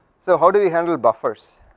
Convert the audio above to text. so, how do you handled buffers,